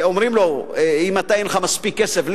אומרים לו: אם אין לך מספיק כסף,